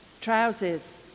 Trousers